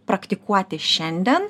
praktikuoti šiandien